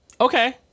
Okay